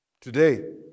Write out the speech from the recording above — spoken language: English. Today